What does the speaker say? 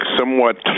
somewhat